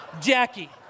Jackie